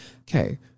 okay